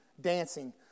dancing